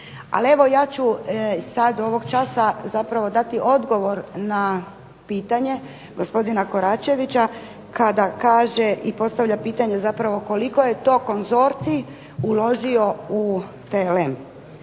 evo ja ću sad ovog časa zapravo dati odgovor na pitanje gospodina Koračevića kada kaže i postavlja pitanje zapravo koliko je to konzorcij uložio u TLM?